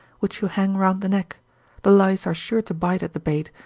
which you hang round the neck the lice are sure to bite at the bait,